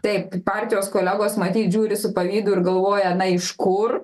taip partijos kolegos matyt žiūri su pavydu ir galvoja na iš kur